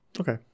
okay